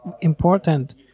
important